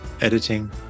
Editing